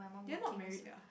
they're not married ah